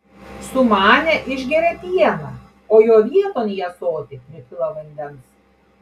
sumanę išgeria pieną o jo vieton į ąsotį pripila vandens